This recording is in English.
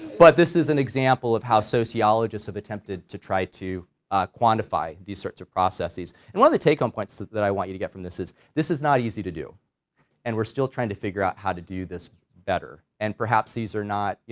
but this is an example of how sociologists have attempted to try to quantify these sorts of processes and one of the take-home points that i want you to get from this is, this is not easy to do and we're still trying to figure out how to do this better and perhaps these are not, you